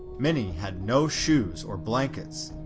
many had no shoes or blankets,